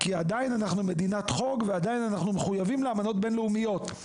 כי אנחנו עדיין מדינת חוק ואנחנו עדיין מחויבים לאמנות בין לאומיות.